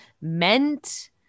meant